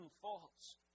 faults